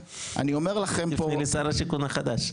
תפני לשר השיכון החדש.